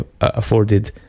afforded